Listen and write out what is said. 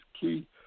key